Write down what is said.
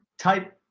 type